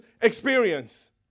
experience